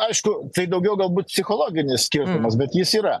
aišku tai daugiau galbūt psichologinis skirtumas bet jis yra